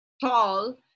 tall